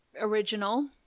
original